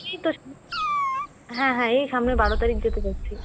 এই তো সামনের বারো তারিখ হ্যাঁ হ্যাঁ এই সামনের বারো তারিখ যেতে চাইছি